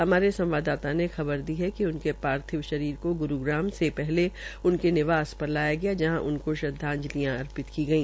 हमारे संवाददाता ने खबर दी है उनके पार्थिव शरीर को ग्रूग्राम से पहले उनके निवास पर लगाया गया जहां उनको श्रद्वांजलियां अर्पित की गई